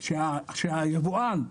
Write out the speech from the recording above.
שהיבואן,